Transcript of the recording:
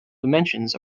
dimensions